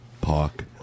park